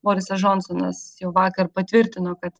borisas džonsonas jau vakar patvirtino kad